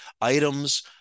items